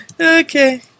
Okay